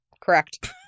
Correct